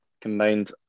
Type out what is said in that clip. Combined